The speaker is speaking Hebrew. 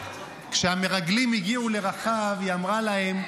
כשהמרגלים הגיעו לרחב, היא אמרה להם: